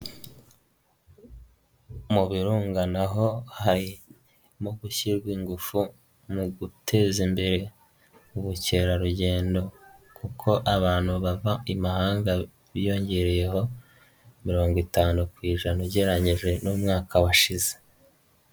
Mu birunga na ho harimo gushyirwa ingufu mu guteza imbere ubukerarugendo kuko abantu babava i mahanga biyongereyeho mirongo itanu ku ijana ugereranyije n'umwaka washize.